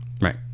right